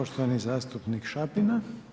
Poštovani zastupnik Šapina.